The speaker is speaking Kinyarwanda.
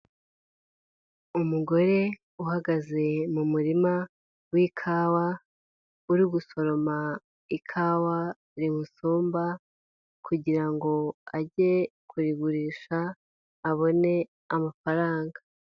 Umugore uhagaze mu muma w'ikawa, uri gusoroma ikawa rimusumba, kugira ngo ajye kurigurisha, abone amafaranga.